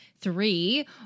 three